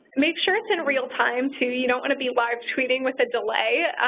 make sure it's in real time, too. you don't want to be live tweeting with a delay.